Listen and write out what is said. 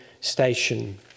station